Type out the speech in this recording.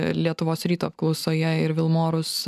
lietuvos ryto apklausoje ir vilmorus